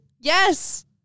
Yes